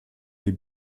des